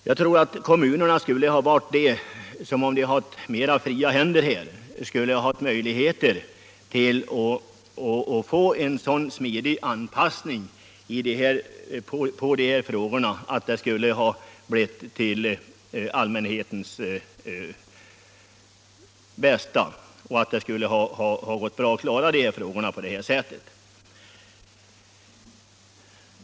Jag tror att kommunerna, om de hade haft mer fria händer, skulle ha haft möjligheter till en sådan smidig anpassning att det skulle ha gått bra att klara denna fråga till allmänhetens bästa.